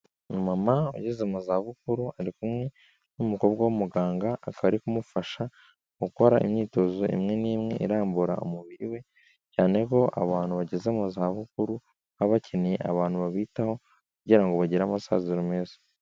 Umu mama ugeze mu za bukuru ari kumwe n'umukobwa w'umuganga, akaba ari kumufasha mu gukora imyitozo imwe n'imwe irambura umubiri we, cyane ko abantu bageze mu za bukuru, baba bakeneye abantu babitaho kugira ngo bagire amasaziro meza.